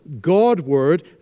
God-word